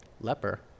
leper